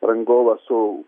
rangovas su